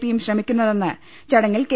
പിയും ശ്രമി ക്കുന്നതെന്ന് ചടങ്ങിൽ കെ